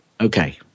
Okay